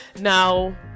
now